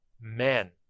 men